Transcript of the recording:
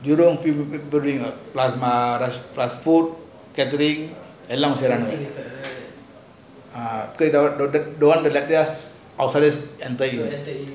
jurong plus plus food catering எல்லாம் சேருங்க:ellam seiranga don't want outsiders